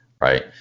Right